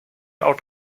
out